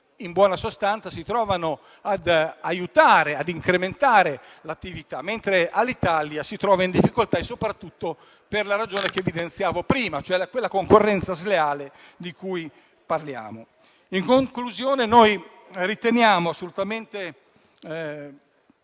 in buona sostanza si trovano ad aiutarla e ad incrementarne l'attività, mentre Alitalia si trova in difficoltà, soprattutto per la ragione che evidenziavo prima, e cioè la concorrenza sleale. In conclusione, riteniamo assolutamente